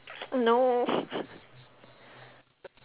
no